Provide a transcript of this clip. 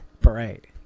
Parade